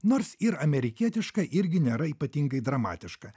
nors ir amerikietiška irgi nėra ypatingai dramatiška